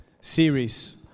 series